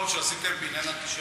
שעשיתם בעניין האנטישמיות.